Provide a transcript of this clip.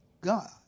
God